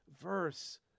verse